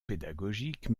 pédagogiques